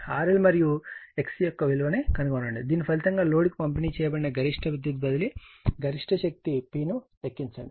RL మరియు XC యొక్క విలువను కనుగొనండి దీని ఫలితంగా లోడ్కు పంపిణీ చేయబడిన గరిష్ట విద్యుత్ బదిలీ గరిష్ట శక్తి P ను లెక్కించాలి